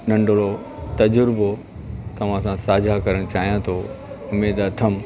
नंढिणो तज़ुर्बो तव्हां सां साझा करणु चाहियां थो उमीदि अथमि